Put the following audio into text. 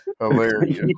hilarious